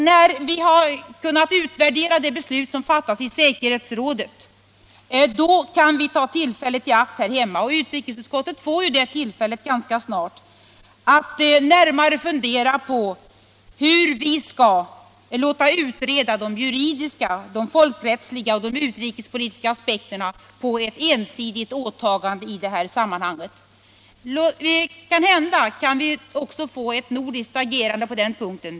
När vi har kunnat utvärdera det beslut som fattas i säkerhetsrådet kan vi ta tillfället i akt här hemma -— utrikesutskottet får det tillfället ganska snart — att närmare fundera över hur vi skall utreda de juridiska, folkrättsliga och utrikespolitiska aspekterna på ett ensidigt åtagande. Kanhända kan vi också få ett nordiskt agerande på den här punkten.